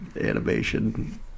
animation